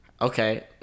Okay